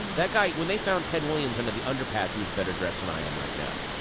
that guy, when they found ted williams under the underpass, he was better dressed than i am right now.